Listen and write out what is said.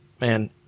man